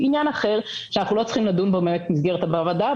זה עניין אחר שאנחנו לא צריכים לדון בו במסגרת הוועדה.